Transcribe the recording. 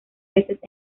veces